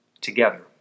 Together